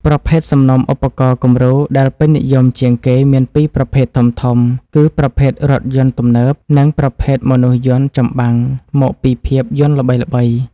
ប្រភេទសំណុំឧបករណ៍គំរូដែលពេញនិយមជាងគេមានពីរប្រភេទធំៗគឺប្រភេទរថយន្តទំនើប និងប្រភេទមនុស្សយន្តចម្បាំងមកពីភាពយន្តល្បីៗ។